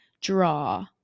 draw